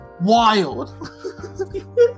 wild